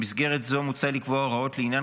במסגרת זו מוצע לקבוע הוראות לעניין